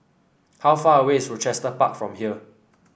how far away is Rochester Park from here